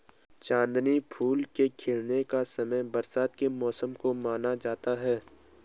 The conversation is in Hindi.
चांदनी फूल के खिलने का समय बरसात के मौसम को माना जाता है